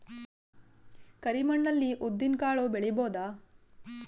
ಕರಿ ಮಣ್ಣ ಅಲ್ಲಿ ಉದ್ದಿನ್ ಕಾಳು ಬೆಳಿಬೋದ?